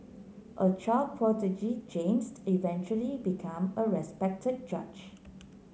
a child prodigy James eventually become a respected judge